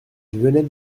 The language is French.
venait